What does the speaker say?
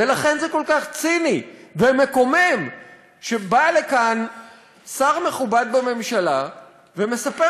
ולכן זה כל כך ציני ומקומם שבא לכאן שר מכובד בממשלה ומספר